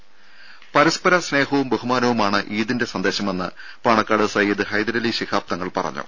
രുര പരസ്പര സ്നേഹവും ബഹുമാനവുമാണ് ഈദിന്റെ സന്ദേശമെന്ന് പാണക്കാട് സയ്യിദ് ഹൈദരലി ശിഹാബ് തങ്ങൾ പറഞ്ഞു